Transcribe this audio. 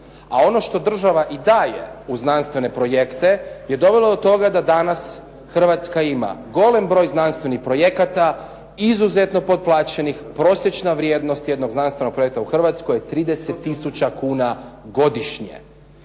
A ono što država i daje u znanstvene projekte je dovelo do toga da danas Hrvatska ima golem broj znanstvenih projekata, izuzetno potplaćenih, prosječna vrijednost jednog znanstvenog projekta u Hrvatskoj je 30 tisuća kuna godišnje.